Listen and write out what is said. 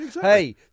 Hey